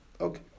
Okay